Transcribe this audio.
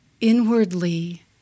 inwardly